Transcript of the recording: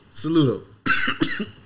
saludo